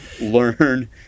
learn